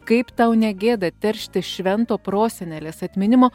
kaip tau negėda teršti švento prosenelės atminimo